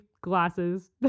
glasses